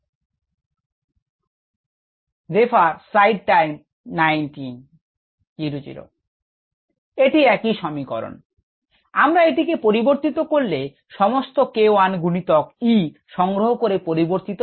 𝒌𝟏 𝑬 𝑺 𝒌𝟐 𝑬𝑺 𝒌𝟑 𝑬𝑺 এটি একই সমীকরণ 𝒌𝟏 𝑬 𝑺 𝒌𝟐 𝑬𝑺 𝒌𝟑 𝑬𝑺 আমরা এটিকে পরিবর্তিত করলে সমস্ত k1 গুনিতক E সংগ্রহ করে পরিবর্তিত করব